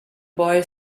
boy